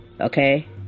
Okay